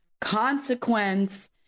consequence